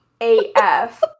AF